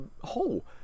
hole